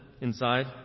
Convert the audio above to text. inside